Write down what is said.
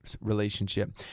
relationship